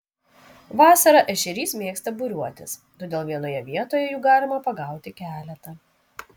vasarą ešerys mėgsta būriuotis todėl vienoje vietoje jų galima pagauti keletą